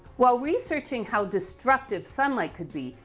while researching how destructive sunlight could be,